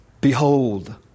Behold